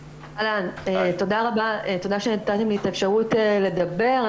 אהלן, תודה שנתתם לי את האפשרות לדבר.